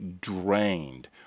drained